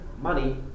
Money